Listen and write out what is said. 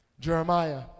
Jeremiah